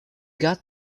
got